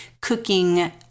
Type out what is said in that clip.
cooking